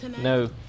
No